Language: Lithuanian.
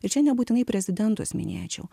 ir čia nebūtinai prezidentus minėčiau